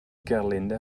gerlinde